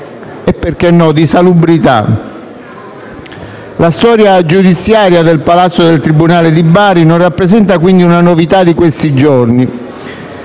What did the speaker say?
- perché no - di salubrità. La storia giudiziaria del palazzo del tribunale di Bari non rappresenta, quindi, una novità di questi giorni,